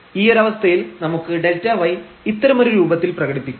ഈ ഒരവസ്ഥയിൽ നമുക്ക് Δy ഇത്തരമൊരു രൂപത്തിൽ പ്രകടിപ്പിക്കാം